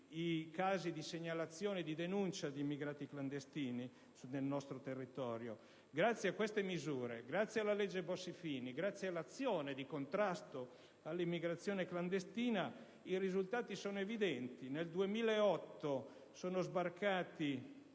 i casi di segnalazione e di denuncia di immigrati clandestini nel nostro territorio. Grazie a queste misure, grazie alla legge Bossi‑Fini e all'azione di contrasto all'immigrazione clandestina, i risultati sono evidenti: nel 2008 erano sbarcati